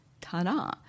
Ta-da